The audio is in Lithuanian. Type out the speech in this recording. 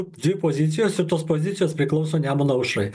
dvi pozicijos ir tos pozicijos priklauso nemuno aušrai